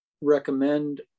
recommend